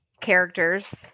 characters